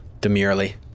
demurely